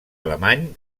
alemany